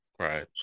Right